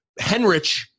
Henrich